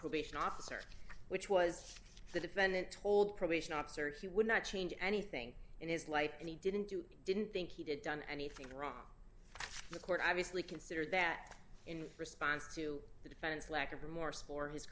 probation officer which was the defendant told probation officer he would not change anything in his life and he didn't do didn't think he did done anything wrong the court obviously consider that in response to the defendant's lack of remorse for his